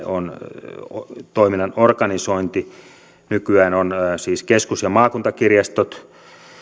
on toiminnan organisointi nykyään on siis keskus ja maakuntakirjastot